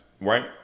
right